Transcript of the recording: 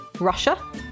Russia